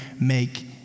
make